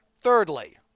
Thirdly